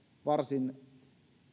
varsin